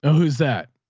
who's that?